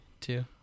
two